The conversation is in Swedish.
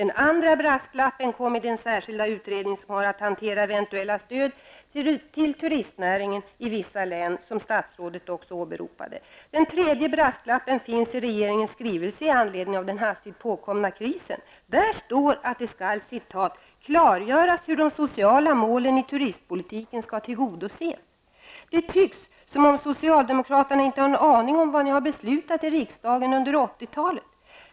Den andra brasklappen kom i den särskilda utredning som har att hantera eventuella stöd till turistnäringen i vissa län och som statsrådet också åberopade. Den tredje brasklappen finns i regeringens skrivelse med anledning av den hastigt påkomna krisen. Där står att det skall ''klargöras hur de sociala målen i turistpolitiken skall tillgodoses''. Det tycks som om socialdemokraterna inte hade en aning om vad vi har beslutat i riksdagen under 1980 talet.